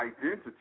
identity